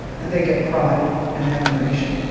and they get pride and admiration.